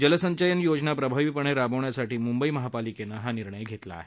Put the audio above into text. जलसंचयन योजना प्रभावीपणे राबवण्यासाठी मुंबई महापालिकेनं हा निर्णय घेतला आहे